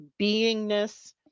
beingness